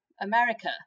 America